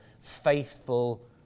faithful